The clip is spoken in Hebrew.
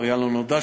עבריין לא נודע,